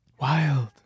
Wild